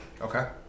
Okay